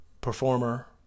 performer